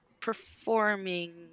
performing